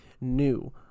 new